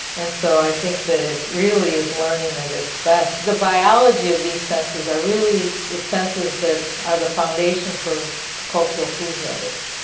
and so i think that it really is learning at its best. the biology of these senses are really the senses that are the foundation for cultural food habits.